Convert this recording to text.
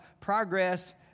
progress